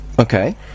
okay